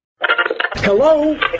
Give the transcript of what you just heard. Hello